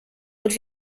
und